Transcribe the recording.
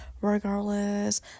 Regardless